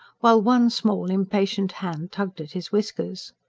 while one small, impatient hand tugged at his whiskers.